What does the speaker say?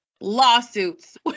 Lawsuits